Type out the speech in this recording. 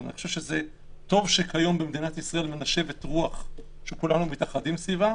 אני חושב שזה טוב שכיום במדינת ישראל מנשבת רוח שכולנו מתאחדים סביבה,